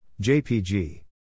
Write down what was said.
JPG